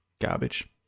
Garbage